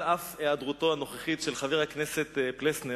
על אף היעדרותו הנוכחית של חבר הכנסת פלסנר,